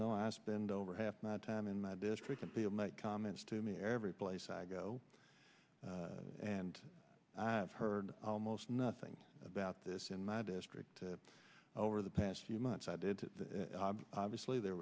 know i've spent over half my time in my district and people make comments to me every place i go and i've heard almost nothing about this in my district over the past few months i did obviously there